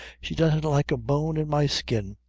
she doesn't like a bone in my skin.